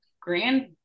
grand